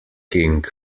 king